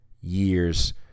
years